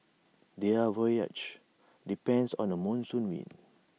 their voyages depends on the monsoon winds